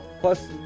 Plus